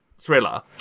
thriller